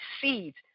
seeds